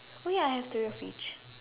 oh ya I have three of each